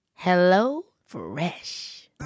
HelloFresh